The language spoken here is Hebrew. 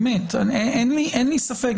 אין לי ספק.